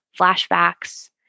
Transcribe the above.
flashbacks